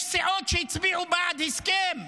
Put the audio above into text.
יש סיעות שהצביעו בעד הסכם,